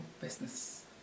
business